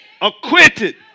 acquitted